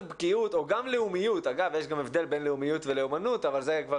יש גם הבדל בין לאומיות ולאומנות אבל זה כבר